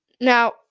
Now